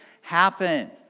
happen